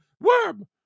worm